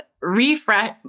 refresh